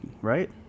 right